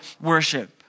worship